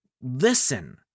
Listen